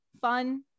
fun